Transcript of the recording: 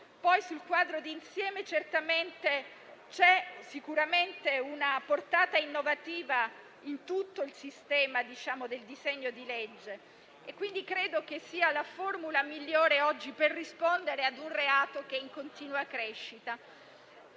Sul quadro di insieme c'è sicuramente una portata innovativa in tutto il sistema del disegno di legge, quindi credo che sia la formula migliore oggi per rispondere ad un reato in continua crescita.